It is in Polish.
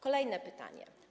Kolejne pytanie.